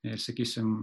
jei sakysim